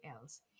else